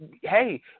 hey